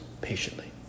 patiently